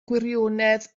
gwirionedd